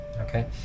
Okay